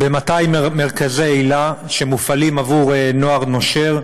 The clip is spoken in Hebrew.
ב-200 מרכזי היל"ה, שמופעלים עבור נוער נושר,